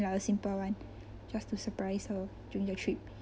like a simple one just to surprise her during the trip